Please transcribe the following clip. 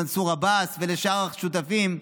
למנסור עבאס ולשאר השותפים,